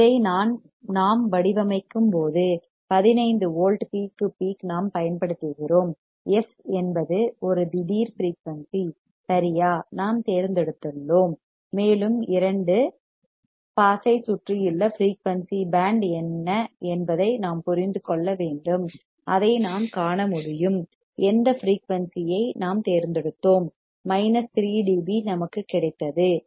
இதை நாம் வடிவமைக்கும்போது பதினைந்து வோல்ட் பீக் டு பீக் நாம் பயன்படுத்துகிறோம் f என்பது ஒரு திடீர் ஃபிரீயூன்சி சரியா நாம் தேர்ந்தெடுத்துள்ளோம் மேலும் இரண்டு பாஸைச் சுற்றியுள்ள ஃபிரீயூன்சி பேண்ட் என்ன என்பதை நாம் புரிந்து கொள்ள வேண்டும் அதை நாம் காண முடியும் எந்த ஃபிரீயூன்சி ஐ நாம் தேர்ந்தெடுத்தோம் 3dB நமக்கு கிடைத்தது 3dB